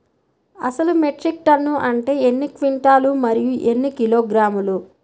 అసలు metric tonne అంటే ఎన్ని క్వింటాలు మరియు ఎన్ని కిలోగ్రాములు?